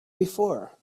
before